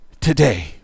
today